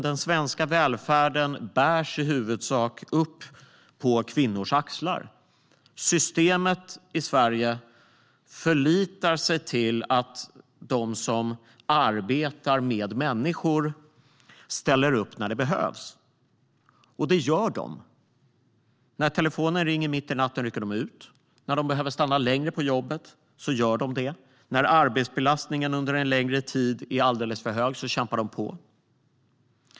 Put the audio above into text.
Den svenska välfärden bärs i huvudsak upp av kvinnor. Systemet i Sverige förlitar sig på att de som arbetar med människor ställer upp när det behövs, och det gör de. När telefonen ringer mitt i natten rycker de ut, och när de behöver stanna längre på jobbet gör de det. När arbetsbelastningen under en längre tid är alldeles för hög kämpar de på.